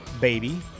Baby